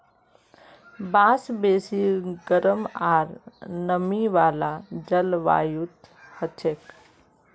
बांस बेसी गरम आर नमी वाला जलवायुत हछेक